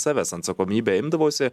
savęs atsakomybę imdavosi